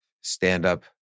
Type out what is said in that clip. stand-up